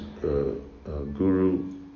guru